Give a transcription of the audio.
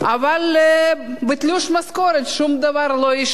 אבל בתלוש המשכורת שום דבר לא השתנה.